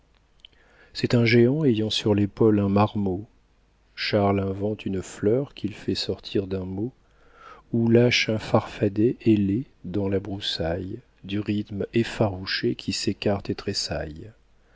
c'est un géant ayant sur l'épaule un marmot charle invente une fleur qu'il fait sortir d'un mot ou lâche un farfadet ailé dans la broussaille du rythme effarouché qui s'écarte et tressaille